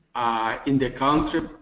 are in the country.